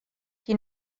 qui